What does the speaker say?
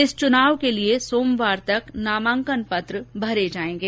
इस चुनाव के लिए सोमवार तक नामांकन पत्र भरे जाएंगे